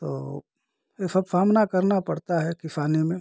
तो ये सब सामना करना पड़ता है किसानी में